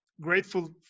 grateful